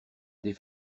des